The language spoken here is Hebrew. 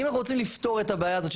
אם אנחנו רוצים לפתור את הבעיה הזאת,